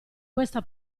questa